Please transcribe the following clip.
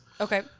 Okay